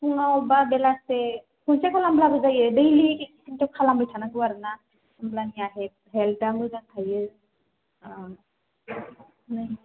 फुङाव बा बेलासे खनसे खालामब्लाबो जायो दैलि खालामबाय थानांगौ आरोना होमब्लानिया हेल्थआ मोजां थायो